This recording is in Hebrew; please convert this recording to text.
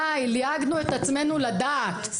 די, ליהגנו את עצמנו לדעת.